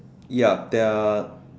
ya there are